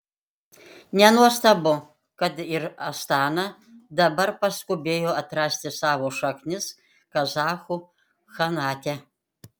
nenuostabu kad ir astana dabar paskubėjo atrasti savo šaknis kazachų chanate